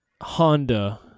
Honda